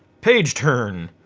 page turn.